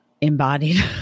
embodied